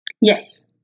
Yes